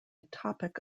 topic